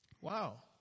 Wow